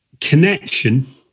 connection